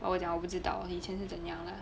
well 我讲我不知道以前是怎样的